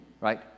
Right